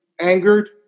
angered